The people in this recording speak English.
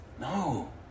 No